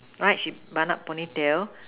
right she bun up pony tail